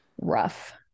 rough